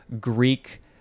Greek